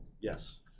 Yes